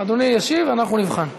אדוני ישיב ואנחנו נבחן.